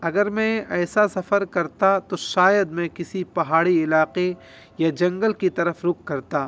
اگر میں ایسا سفر کرتا تو شاید میں کسی پہاڑی علاقے یا جنگل کی طرف رخ کرتا